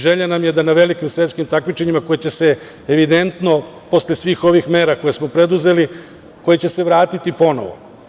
Želja nam je da na velikim svetskim takmičenjima koja će se evidentno posle svih ovih mera koje smo preduzeli vratiti ponovo.